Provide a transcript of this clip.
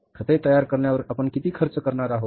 खते तयार करण्यावर आपण किती खर्च करणार आहोत